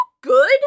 good